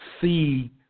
see